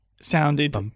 sounded